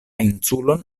insulon